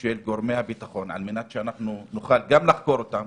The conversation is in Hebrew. של גורמי הביטחון על מנת שנוכל גם לחקור אותם,